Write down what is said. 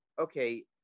okay